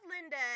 Linda